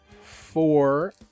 Four